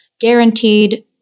guaranteed